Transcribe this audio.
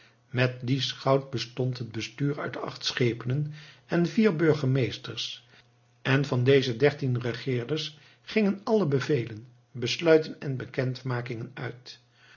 met dien schout bestond het bestuur uit acht schepenen en vier burgemeesters en van deze dertien regeerders gingen alle bevelen besluiten en bekendmakingen uit